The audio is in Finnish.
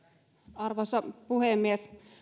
arvoisa puhemies